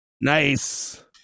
Nice